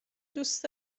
دوست